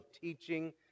teaching